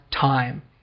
time